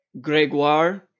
Gregoire